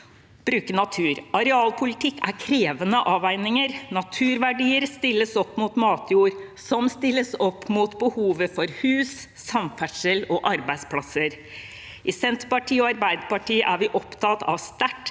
bruke natur. Arealpolitikk er krevende avveininger. Naturverdier stilles opp mot matjord, som stilles opp mot behovet for hus, samferdsel og arbeidsplasser. I Senterpartiet og Arbeiderpartiet er vi opptatt av sterkt